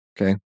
okay